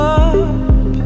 up